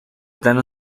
plano